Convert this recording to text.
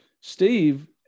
Steve